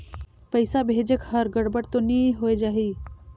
पइसा भेजेक हर गड़बड़ तो नि होए जाही?